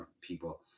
people